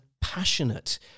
passionate